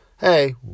Hey